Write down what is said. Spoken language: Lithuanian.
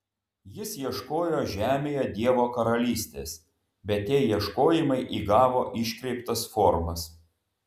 jis ieškojo žemėje dievo karalystės bet tie ieškojimai įgavo iškreiptas formas